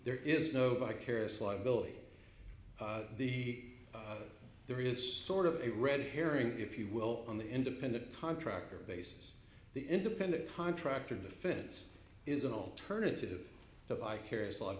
there is no vicarious liability the there is sort of a red herring if you will on the independent contractor basis the independent contractor defense is an alternative to vicarious l